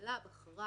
שהממשלה בחרה